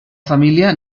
família